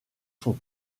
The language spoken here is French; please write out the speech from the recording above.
son